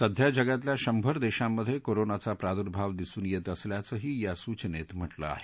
सध्या जगातल्या शंभर देशांमध्ये कोरोनाचा प्रादुर्भाव दिसून येत असल्याचंही या सूचनेत म्हटलं आहे